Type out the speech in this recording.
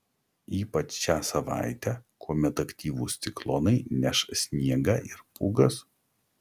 ypač šią savaitę kuomet aktyvūs ciklonai neš sniegą ir pūgas